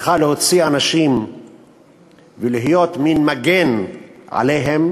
צריכה להוציא אנשים ולהיות מין מגן עליהם